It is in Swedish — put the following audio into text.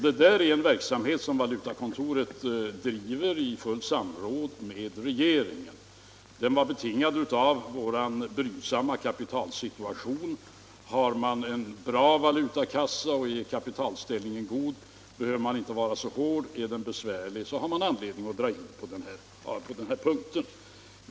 Detta är en verksamhet som valutakontoret driver i samråd med regeringen. Den var betingad av vår brydsamma kapitalsituation. Om man har en bra valutakassa, och om kapitalställningen är god, så behöver man inte vara så hård; är situationen där besvärlig så har man anledning att vara mera restriktiv.